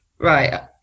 Right